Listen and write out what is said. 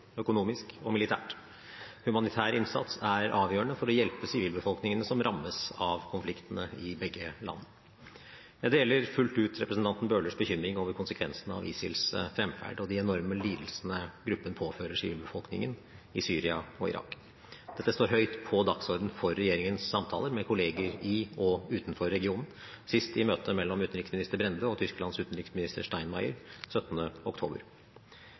økonomisk og militært. Humanitær innsats er avgjørende for å hjelpe sivilbefolkningen som rammes av konfliktene i begge land. Jeg deler fullt ut representanten Bøhlers bekymring over konsekvensene av ISILs fremferd og de enorme lidelsene gruppen påfører sivilbefolkningen i Syria og Irak. Dette står høyt på dagsordenen for regjeringens samtaler med kolleger i og utenfor regionen, sist i møtet mellom utenriksminister Brende og Tysklands utenriksminister Steinmeier 17. oktober.